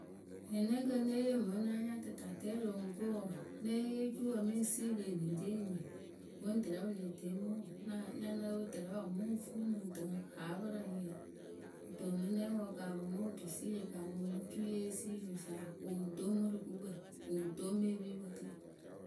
Kɨnɨnɛkǝ ŋ́ née yee mɨ ŋ náa nya tɨtatɛwǝ rɨ oŋuŋkǝ we wǝǝ. née yee cuwǝ mɨŋ siiri eniŋ ri eni. Wǝ́ tǝrɛ wɨ leh demɨ wǝǝ nya naǝ́ǝ tɨrɛ wǝǝ mɨ ŋ fuu nɨŋ tɨ ŋ haa pɨrǝŋyǝ. Kɨto mɨ nɛŋwǝ wɨ kaamɨ mɨ otusiiri wɨ kaamɨ mɨ cuyeesiiwǝ sa, kɨ wɨŋ toŋ mɨ rɨ gukpǝ kɨ wɨ ŋ toŋ mɨ epipǝ ke.